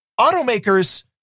Automakers